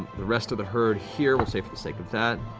the rest of the herd here, we'll say for the sake of that,